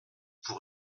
pour